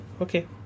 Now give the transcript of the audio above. okay